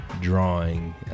drawing